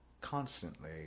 constantly